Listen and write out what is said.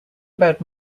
about